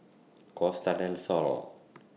Costa Del Sol